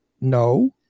No